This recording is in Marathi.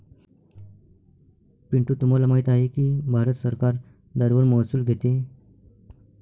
पिंटू तुम्हाला माहित आहे की भारत सरकार दारूवर महसूल घेते